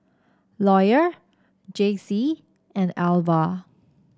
Lawyer Jaycie and Alvah